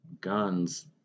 guns